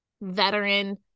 veteran